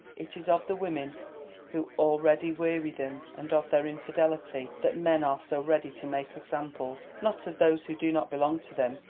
it is of the women who already weary them and of their infidelity that men are so ready to make examples, not of those who do not belong to them,